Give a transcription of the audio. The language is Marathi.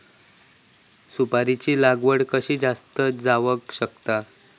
सुपारीची लागवड कशी जास्त जावक शकता?